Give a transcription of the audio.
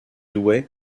douai